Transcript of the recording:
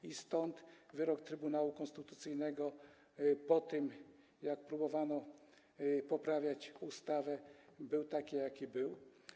Dlatego wyrok Trybunału Konstytucyjnego, po tym jak próbowano poprawiać ustawę, był taki, jaki był.